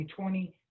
2020